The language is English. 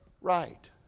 right